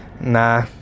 nah